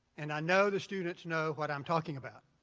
and i know the students know what i'm talking about.